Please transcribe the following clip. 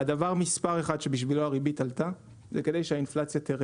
והדבר מס' 1 שבשבילו הריבית עלתה זה כדי שהאינפלציה תרד.